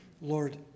Lord